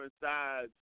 sides